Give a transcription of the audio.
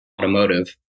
automotive